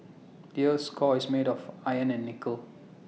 the Earth's core is made of iron and nickel